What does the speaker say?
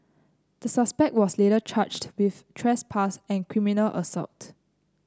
the suspect was later charged with trespass and criminal assault